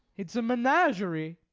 it's a menagerie.